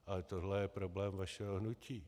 Ale tohle je problém vašeho hnutí.